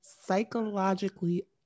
psychologically